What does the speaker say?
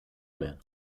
mehr